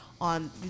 on